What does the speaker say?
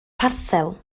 parsel